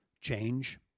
change